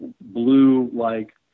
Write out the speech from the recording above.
blue-like